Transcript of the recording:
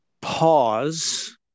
Pause